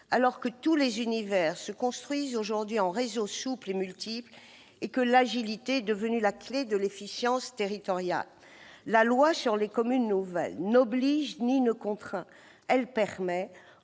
alors que tous les univers se construisent aujourd'hui en réseaux souples et multiples et que l'agilité est devenue la clé de l'efficience territoriale. La loi sur les communes nouvelles n'oblige ni ne contraint ; elle permet,